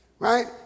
Right